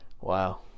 wow